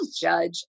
judge